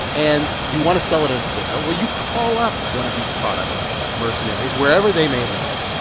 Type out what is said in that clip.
and you want to sell it at a fair. well, you call up one of these product mercenaries, wherever they may live.